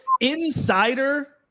insider